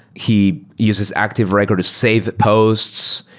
he uses active record to save posts,